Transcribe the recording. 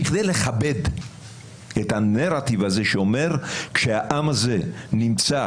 בכדי לכבד את הנרטיב הזה שאומר שכאשר העם הזה נמצא